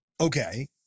Okay